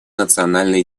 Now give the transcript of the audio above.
национальный